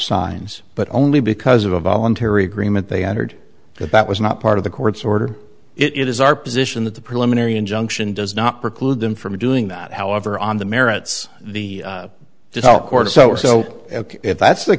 signs but only because of a voluntary agreement they entered because that was not part of the court's order it is our position that the preliminary injunction does not preclude them from doing that however on the merits the default court so if that's the